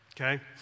okay